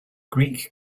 greek